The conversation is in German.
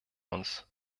uns